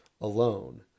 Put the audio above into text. alone